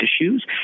issues